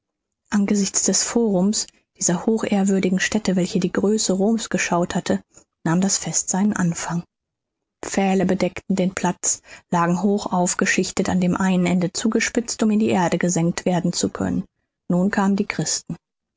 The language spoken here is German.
angesichts des forums dieser hochehrwürdigen stätte welche die größe roms geschaut hatte nahm das fest seinen anfang pfähle bedeckten den platz lagen hoch aufgeschichtet an dem einen ende zugespitzt um in die erde gesenkt werden zu können nun kamen die christen